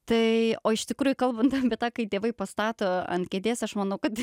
tai o iš tikrųjų kalban apie tą kai tėvai pastato ant kėdės aš manau kad